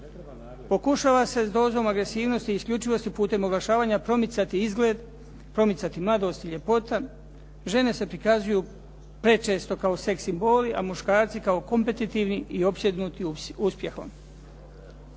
Pokušava se s dozom agresivnosti i isključivosti putem oglašavanja promicati izgled, promicati mladost i ljepota, žene se prikazuju prečesto kao seks simboli, a muškarci kao kompetitivni i opsjednuti uspjehom.